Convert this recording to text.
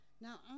Now